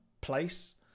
place